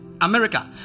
America